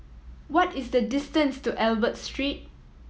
what is the distance to Albert Street